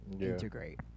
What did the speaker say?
integrate